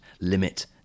limit